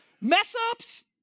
mess-ups